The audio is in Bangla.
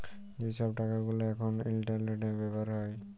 যে ছব টাকা গুলা এখল ইলটারলেটে ব্যাভার হ্যয়